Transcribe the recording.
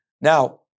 Now